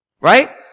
Right